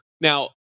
Now